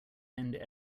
end